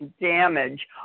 damage